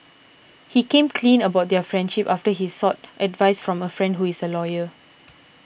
he came clean about their friendship after he sought advice from a friend who is a lawyer